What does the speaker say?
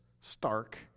stark